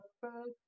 first